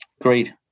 Agreed